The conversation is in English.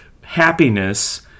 happiness